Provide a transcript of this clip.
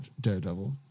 Daredevil